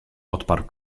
odparł